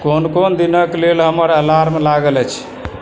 कोन कोन दिनक लेल हमर अलार्म लागल अछि